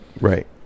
right